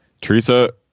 Teresa